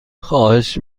خواهش